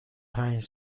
پنج